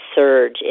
surge